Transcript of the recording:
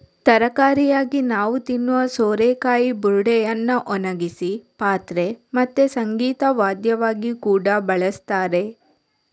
ತರಕಾರಿಯಾಗಿ ನಾವು ತಿನ್ನುವ ಸೋರೆಕಾಯಿ ಬುರುಡೆಯನ್ನ ಒಣಗಿಸಿ ಪಾತ್ರೆ ಮತ್ತೆ ಸಂಗೀತ ವಾದ್ಯವಾಗಿ ಕೂಡಾ ಬಳಸ್ತಾರೆ